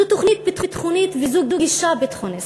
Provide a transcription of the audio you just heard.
זו תוכנית ביטחונית, וזו גישה ביטחוניסטית.